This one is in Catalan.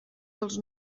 dels